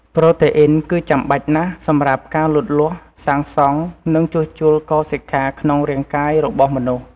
ប្រូតេអុីនគឺចាំបាច់ណាស់សម្រាប់ការលូតលាស់ សាងសង់ និងជួសជុលកោសិកាក្នុងរាងកាយរបស់មនុស្ស។